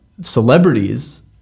celebrities